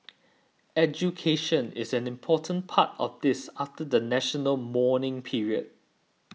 education is an important part of this after the national mourning period